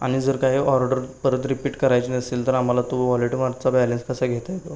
आणि जर काही ऑर्डर परत रिपीट करायची नसेल तर आम्हाला तो वॉलेटमधचा बॅलेन्स कसा घेता येतो